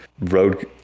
road